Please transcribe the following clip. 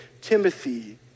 Timothy